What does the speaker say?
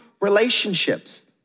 relationships